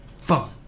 fun